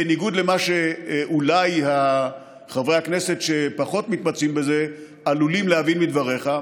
בניגוד למה שאולי חברי הכנסת שפחות מתמצאים בזה עלולים להבין מדבריך,